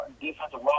defensive